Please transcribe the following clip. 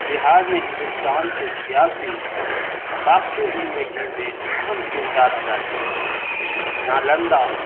بہار نے ہندوستان کے سیاسی ثفاقتی زندگی میں اہم کردار ادا کیا ہے نالندہ